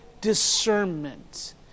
discernment